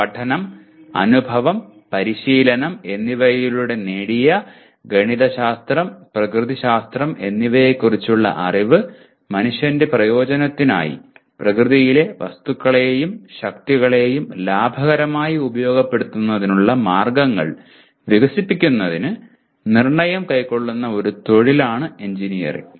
പഠനം അനുഭവം പരിശീലനം എന്നിവയിലൂടെ നേടിയ ഗണിതശാസ്ത്രം പ്രകൃതിശാസ്ത്രം എന്നിവയെക്കുറിച്ചുള്ള അറിവ് മനുഷ്യന്റെ പ്രയോജനത്തിനായി പ്രകൃതിയിലെ വസ്തുക്കളെയും ശക്തികളെയും ലാഭകരമായി ഉപയോഗപ്പെടുത്തുന്നതിനുള്ള മാർഗ്ഗങ്ങൾ വികസിപ്പിക്കുന്നതിന് നിർണ്ണയം കൈക്കൊള്ളുന്ന ഒരു തൊഴിലാണ് എഞ്ചിനീയറിംഗ്